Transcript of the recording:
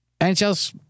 NHL's